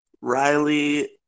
Riley